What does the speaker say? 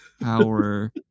power